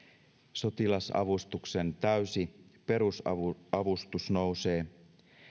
sotilasavustuksen täysi perusavustus nousee